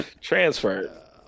Transfer